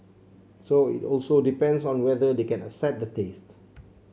so it also depends on whether they can accept the taste